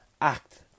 act